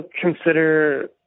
consider